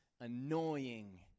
annoying